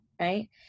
right